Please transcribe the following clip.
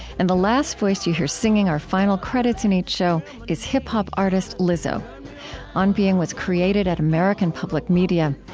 and the last voice you hear singing our final credits in each show is hip-hop artist lizzo on being was created at american public media.